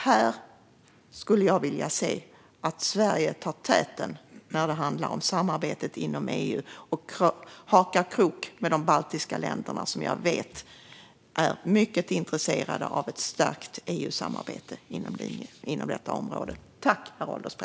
Jag skulle vilja se att Sverige tar täten när det handlar om samarbetet inom EU och krokar arm med de baltiska länderna, som jag vet är mycket intresserade av ett stärkt EU-samarbete på detta område.